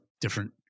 different